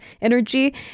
energy